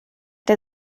der